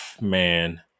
man